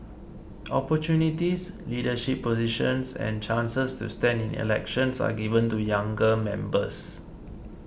opportunities leadership positions and chances to stand in elections are given to younger members